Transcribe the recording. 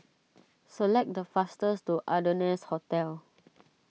select the faster to Ardennes Hotel